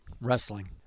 wrestling